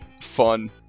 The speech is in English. fun